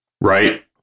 right